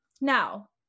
now